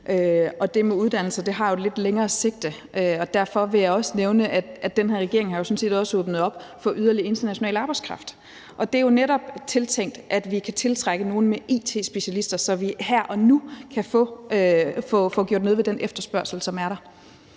Det med uddannelser har jo et lidt længere sigte. Derfor vil jeg også nævne, at den her regering sådan set også har åbnet op for yderligere international arbejdskraft. Det er jo netop gjort, med tanke på at vi kan tiltrække nogle it-specialister, så vi her og nu kan få gjort noget ved den efterspørgsel, som der er.